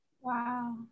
wow